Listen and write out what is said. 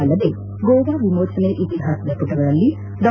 ಅಲ್ಲದೇ ಗೋವಾ ವಿಮೋಚನೆ ಇತಿಹಾಸದ ಮಟಗಳಲ್ಲಿ ಡಾ